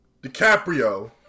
DiCaprio